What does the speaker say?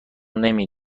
نمی